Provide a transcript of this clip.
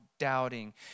doubting